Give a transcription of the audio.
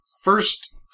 first